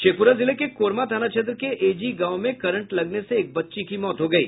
शेखपुरा जिले के कोरमा थाना क्षेत्र के एझी गांव में करंट लगने से एक बच्ची की मौत हो गयी